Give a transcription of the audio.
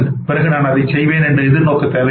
பிறகு நான் அதைச் செய்வேன் என்று எதிர்நோக்க தேவையில்லை